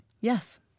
Yes